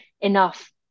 enough